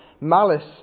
Malice